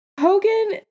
Hogan